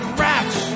rats